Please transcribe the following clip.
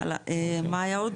הלאה, מה היה עוד?